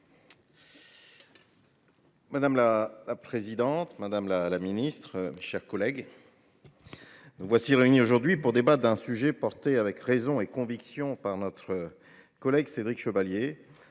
Madame la présidente, madame la ministre, mes chers collègues, nous voilà réunis aujourd’hui pour débattre d’un sujet porté avec raison et conviction par notre collègue Cédric Chevalier